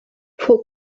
for